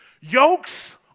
yokes